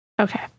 Okay